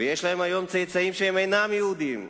ויש להם היום צאצאים שהם אינם יהודים.